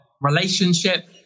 relationship